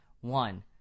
one